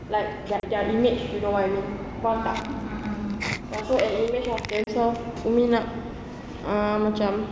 like their their image you know what I mean faham tak ya so an image of them self you mean nak ah macam